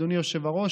אדוני היושב-ראש,